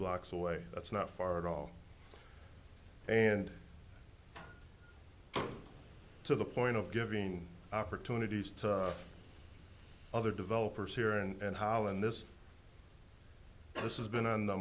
blocks away that's not far at all and to the point of giving opportunities to other developers here and holland this this has been on the